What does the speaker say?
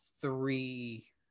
three